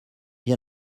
bien